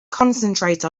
concentrate